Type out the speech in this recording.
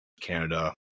Canada